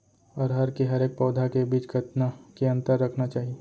अरहर के हरेक पौधा के बीच कतना के अंतर रखना चाही?